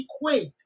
equate